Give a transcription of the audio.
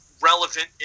relevant